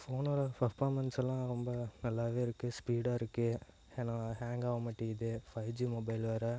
ஃபோனோடய performance எல்லாம் ரொம்ப நல்லாவே இருக்குது ஸ்பீடாக இருக்குது ஏன்னா ஹேங் ஆக மாட்டேக்குது ஃபை ஜி மொபைல் வேறே